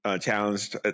challenged